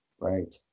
Right